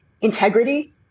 Integrity